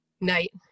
Night